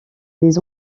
les